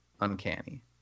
uncanny